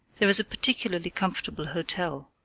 there is a particularly comfortable hotel.